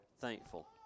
thankful